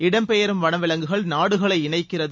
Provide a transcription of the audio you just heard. இடம்பெயரும் வனவிலங்குகள் நாடுகளை இணைக்கிறது